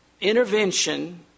intervention